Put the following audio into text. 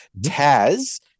taz